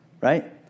right